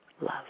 love